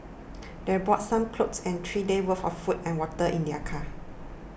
they brought some clothes and three days' worth of food and water in their car